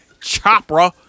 Chopra